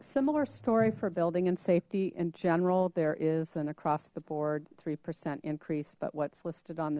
similar story for building and safety in general there is an across the board three percent increase but what's listed on the